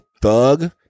thug